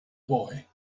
boy